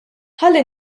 ħalli